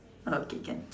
okay can